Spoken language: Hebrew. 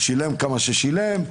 שילם כמה ששילם,